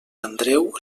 andreu